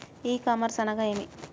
ఈ కామర్స్ అనగా నేమి?